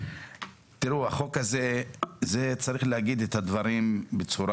החוק הזה - צריך לומר את הדברים בצורה